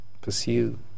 pursue